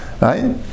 Right